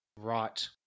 Right